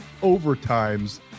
overtimes